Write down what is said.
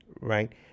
Right